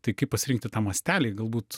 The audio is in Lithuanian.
tai kaip pasirinkti tą mastelį galbūt